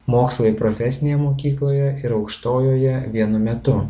mokslai profesinėje mokykloje ir aukštojoje vienu metu